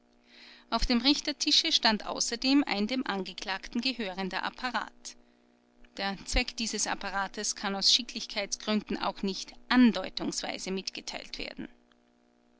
auf dem richtertische stand außerdem ein dem angeklagten gehörender apparat der zweck dieses apparates kann aus schicklichkeitsgründen auch nicht andeutungsweise mitgeteilt werden